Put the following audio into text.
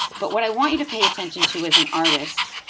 but what i want you to pay attention to, as an artist